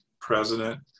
president